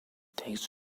takes